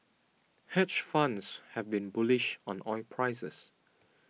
hedge funds have been bullish on oil prices